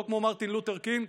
לא כמו מרטין לותר קינג,